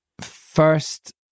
first